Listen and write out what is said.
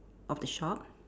of the shop